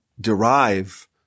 derive